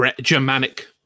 Germanic